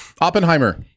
Oppenheimer